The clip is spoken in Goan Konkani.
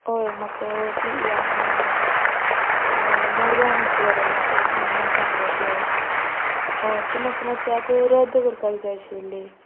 हय म्हाक ती हांगा मडगांव मात्शें वरोन हाड म्हणोन सांगलें पय हय ती म्हाका मात्शी आतां रद्द करपाक जाय आशिल्ली